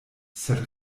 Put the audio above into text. sed